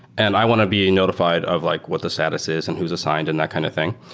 and i want to be notifi ed of like what the status is and who's assigned and that kind of thing.